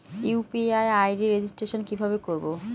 UPI ID registration কিভাবে করব?